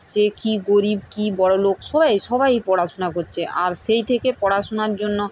সে কী গরিব কী বড়লোক সবাই সবাই পড়াশুনা করছে আর সেই থেকে পড়াশুনার জন্য